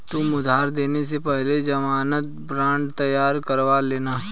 तुम उधार देने से पहले ज़मानत बॉन्ड तैयार करवा लेना